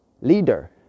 leader